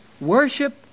worship